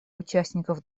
участников